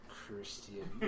Christian